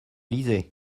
lisez